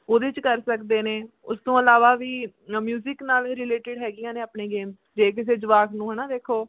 ਉਹਦੇ 'ਚ ਕਰ ਸਕਦੇ ਨੇ ਉਸ ਤੋਂ ਇਲਾਵਾ ਵੀ ਮਿਊਜ਼ਿਕ ਨਾਲ ਰਿਲੇਟਡ ਹੈਗੀਆਂ ਨੇ ਆਪਣੇ ਗੇਮਜ਼ ਜੇ ਕਿਸੇ ਜਵਾਕ ਨੂੰ ਹੈ ਨਾ ਵੇਖੋ